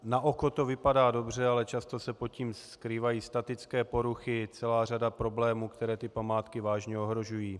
Na oko to vypadá dobře, ale často se pod tím skrývají statické poruchy, celá řada problémů, které památky vážně ohrožují.